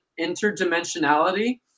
interdimensionality